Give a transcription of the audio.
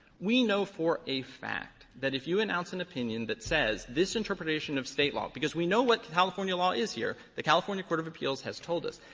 we know for a fact that if you announce an opinion that says, this interpretation of state law because we know what the california law is here. the california court of appeals has told us.